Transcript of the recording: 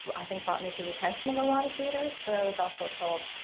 i think, brought me to the attention of a lot of theatres. but i was also told,